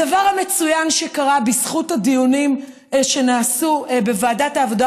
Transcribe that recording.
הדבר המצוין שקרה בזכות הדיונים שנעשו בוועדת העבודה,